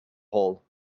hole